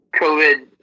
COVID